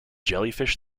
jellyfish